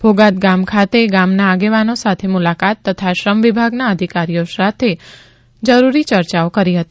ભોગાત ગામ ખાતે ગામના આગેવાનો સાથે મુલાકાત તથા શ્રમ વિભાગના અધિકારીશ્રીઓ સાથે જરૂરી ચર્ચાઓ કરી હતી